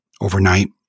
overnight